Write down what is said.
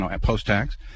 post-tax